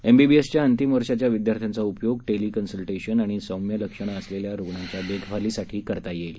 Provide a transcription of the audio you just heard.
एमबीबीएसच्या अंतिम वर्षाच्या विदयार्थ्यांचा उपयोग टेली कन्सलटेशन आणि सौम्य लक्षण असलेल्या रुग्णांच्या देखभालीसाठी करता येईल